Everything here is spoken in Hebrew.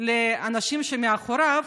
לאנשים שמאחוריו,